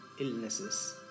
illnesses